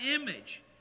image